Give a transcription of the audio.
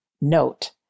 Note